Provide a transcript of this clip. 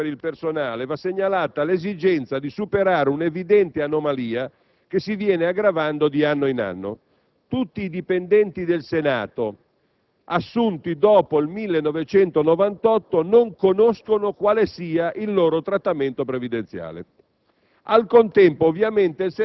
Sempre con riferimento alla spesa per il personale, va segnalata l'esigenza di superare un'evidente anomalia che si viene aggravando di anno in anno: tutti i dipendenti del Senato assunti dopo il 1998 non conoscono quale sia il loro trattamento previdenziale.